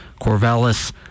Corvallis